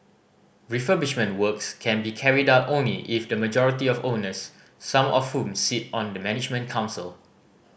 refurbishment works can be carried out only if the majority of owners some of whom sit on the management council